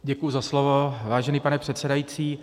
Děkuji za slovo, vážený pane předsedající.